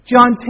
John